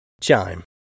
Chime